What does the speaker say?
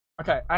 Okay